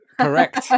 correct